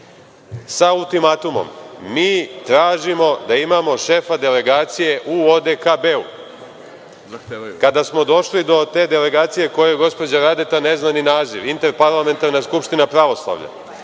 sa ultimatumom – mi tražimo da imamo šefa delegacije u ODKB-u. Kada smo došli do te delegacije, kojoj gospođa Radeta ne zna ni naziv, Interparlamentarna skupština pravoslavlja,